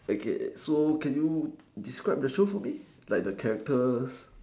okay so can you describe the show for me like the characters